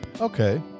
Okay